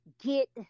get